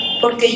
Porque